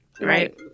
Right